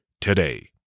today